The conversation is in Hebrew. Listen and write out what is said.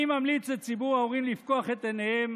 אני ממליץ לציבור ההורים לפקוח את עיניהם